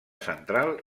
central